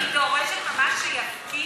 היא דורשת ממש שיפקידו?